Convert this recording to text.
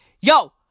yo